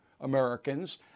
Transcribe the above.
Americans